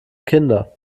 kinder